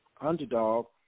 Underdog